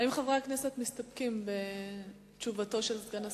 האם חברי הכנסת מסתפקים בתשובתו של סגן השר?